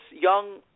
young